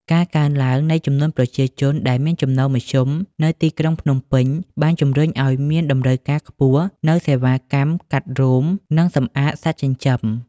ការកើនឡើងនៃចំនួនប្រជាជនដែលមានចំណូលមធ្យមនៅក្នុងទីក្រុងភ្នំពេញ បានជំរុញឱ្យមានតម្រូវការខ្ពស់នូវសេវាកម្មកាត់រោម និងសម្អាតសត្វចិញ្ចឹម។